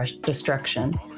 destruction